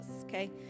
Okay